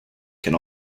can